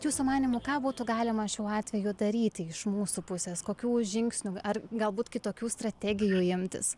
jūsų manymu ką būtų galima šiuo atveju daryti iš mūsų pusės kokių žingsnių ar galbūt kitokių strategijų imtis